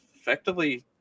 effectively